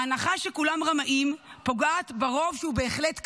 ההנחה שכולם רמאים פוגעת ברוב שהוא בהחלט כשר,